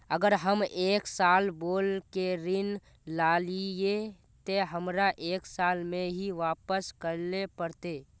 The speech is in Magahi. अगर हम एक साल बोल के ऋण लालिये ते हमरा एक साल में ही वापस करले पड़ते?